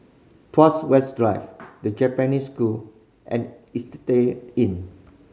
Tuas West Drive The Japanese School and Istay Inn